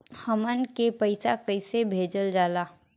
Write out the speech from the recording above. हमन के पईसा कइसे भेजल जाला?